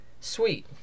sweet